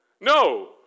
No